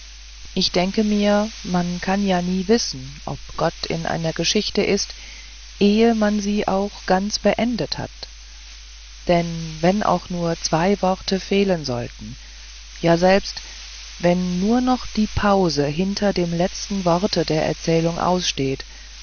ich denke mir man kann ja nie wissen ob gott in einer geschichte ist ehe man sie auch ganz beendet hat denn wenn auch nur noch zwei worte fehlen sollten ja selbst wenn nur noch die pause hinter dem letzten worte der erzählung aussteht